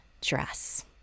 dress